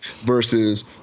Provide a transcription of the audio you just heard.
versus